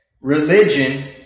Religion